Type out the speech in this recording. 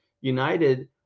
United